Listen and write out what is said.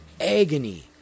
agony